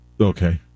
Okay